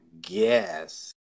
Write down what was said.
guess